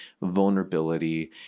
vulnerability